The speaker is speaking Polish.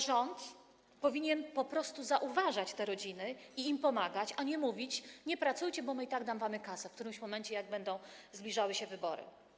Rząd powinien po prostu zauważać te rodziny i im pomagać, a nie mówić: nie pracujcie, bo my i tak damy wam kasę, w którymś momencie, jak będą zbliżały się wybory.